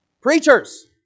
preachers